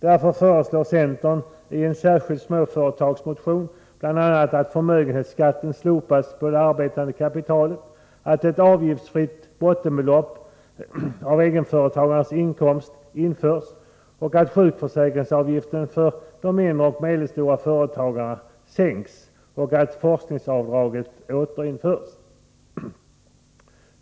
Därför föreslår centern i en särskild ”småföretagsmotion” bl.a. att förmögenhetsskatten slopas på det arbetande kapitalet, att ett avgiftsfritt bottenbelopp av egenföretagares inkomst införs, att sjukförsäkringsavgifter för de mindre och medelstora företagarna sänks och att forskningsavdraget återinförs.